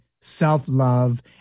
self-love